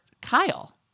Kyle